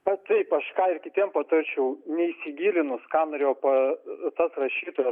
va taip aš ką kitiem patarčiau neįsigilinus ką norėjo pa to rašytojas